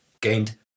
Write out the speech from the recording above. gained